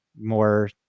more